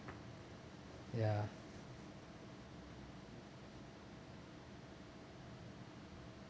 ya